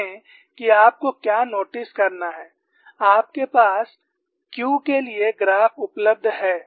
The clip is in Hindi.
देखें कि आपको क्या नोटिस करना है आपके पास Q के लिए ग्राफ उपलब्ध हैं